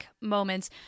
moments